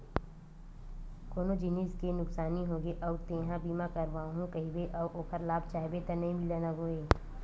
कोनो जिनिस के नुकसानी होगे अउ तेंहा बीमा करवाहूँ कहिबे अउ ओखर लाभ चाहबे त नइ मिलय न गोये